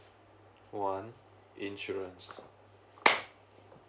one insurance